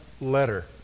letter